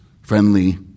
friendly